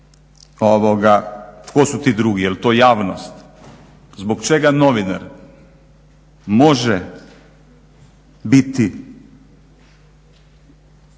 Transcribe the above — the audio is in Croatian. tko su ti drugi, jel to javnost. Zbog čega novinar može biti